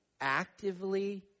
actively